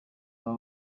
aba